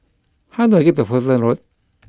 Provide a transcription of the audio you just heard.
how do I get to Fullerton Road